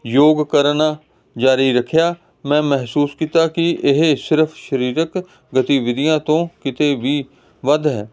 ਯੋਗ ਕਰਨਾ ਜਾਰੀ ਰੱਖਿਆ ਮੈਂ ਮਹਿਸੂਸ ਕੀਤਾ ਕਿ ਇਹ ਸਿਰਫ ਸਰੀਰਕ ਗਤੀਵਿਧੀਆਂ ਤੋਂ ਕਿਤੇ ਵੀ ਵੱਧ ਹੈ